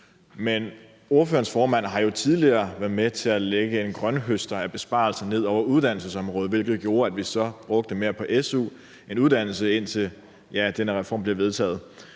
Men ordførerens formand har jo tidligere været med til at lægge en grønthøster af besparelser ned over uddannelsesområdet, hvilket så har gjort, at vi har brugt mere på su end uddannelse, altså indtil den her reform bliver vedtaget.